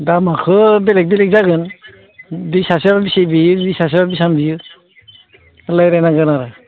दामाख' बेलेग बेलेग जागोन बै सासेया बेसे बियो बै सासेया बिसां बियो लायरायनांगोन आरो